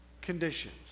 conditions